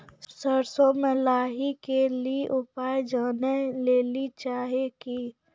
सरसों मे लाही के ली उपाय जाने लैली चाहे छी?